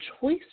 choice